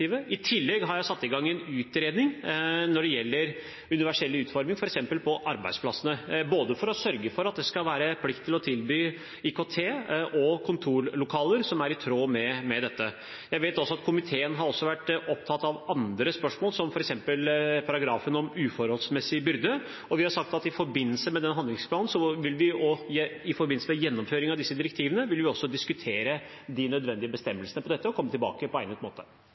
I tillegg har jeg satt i gang en utredning når det gjelder universell utforming f.eks. på arbeidsplassene, for å sørge for at det skal være plikt til å tilby både IKT og kontorlokaler som er i tråd med dette. Jeg vet at komiteen også har vært opptatt av andre spørsmål som f.eks. paragrafen om uforholdsmessig byrde. Vi har sagt at i forbindelse med den handlingsplanen, i forbindelse med gjennomføring av disse direktivene, vil vi også diskutere de nødvendige bestemmelsene her og komme tilbake på egnet måte.